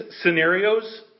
scenarios